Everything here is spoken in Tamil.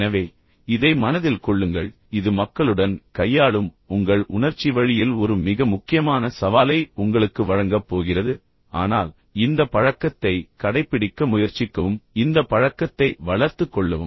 எனவே இதை மனதில் கொள்ளுங்கள் இது மக்களுடன் கையாளும் உங்கள் உணர்ச்சி வழியில் ஒரு மிக முக்கியமான சவாலை உங்களுக்கு வழங்கப் போகிறது ஆனால் இந்த பழக்கத்தை கடைப்பிடிக்க முயற்சிக்கவும் இந்த பழக்கத்தை வளர்த்துக் கொள்ளவும்